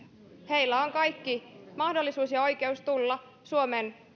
heillä on kaikki mahdollisuus ja oikeus tulla suomen